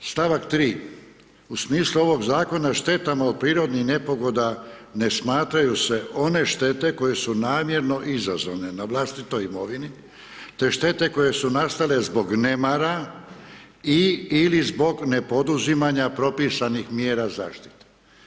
St. 3 u smislu ovog zakona štetama od prirodnih nepogoda ne smatraju se one štete koje su namjerno izazvane na vlastitoj imovini te štete koje su nastale zbog nemara i/ili zbog nepoduzimanja propisanih mjera zaštite.